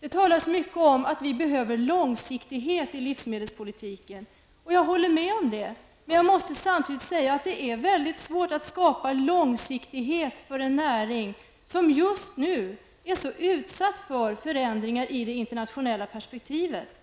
Det talas mycket om att vi behöver långsiktighet i livmedelspolitiken. Det håller jag med om, men jag måste samtidigt säga att det är väldigt svårt att skapa långsiktighet för en näring som just nu är så utsatt för förändringar i det internationella perspektivet.